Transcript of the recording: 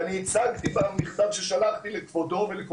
ואני הצגתי במכתב ששלחתי לכבודו ולכל